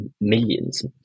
millions